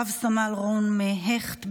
רב-סמל רום הכט,